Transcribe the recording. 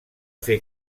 fer